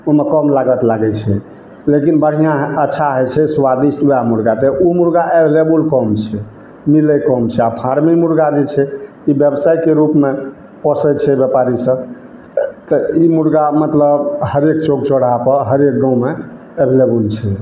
ओहिमे कम लागत लागैत छै लेकिन बढ़िआँ अच्छा होइ छै स्वादिष्ट ओहए मुर्गा तऽ ओ मुर्गा एबलेबुल कम छै मिलै कम छै आ फार्मी मुर्गा जे छै ई ब्यवसायके रूपमे पोसैत छै ब्यापारी सब तऽ इ मुर्गा मतलब हरेक चौक चौराहा पर हरेक गाँवमे एबलेबुल छै